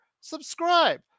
subscribe